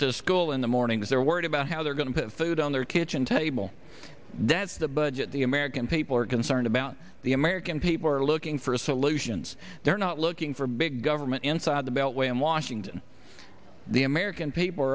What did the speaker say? to school in the mornings they're worried about how they're going to put food on their kitchen table that's the budget the american people are concerned about the american people are looking for solutions they're not looking for big government inside the beltway in washington the american people